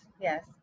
yes